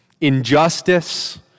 injustice